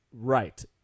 Right